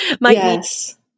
Yes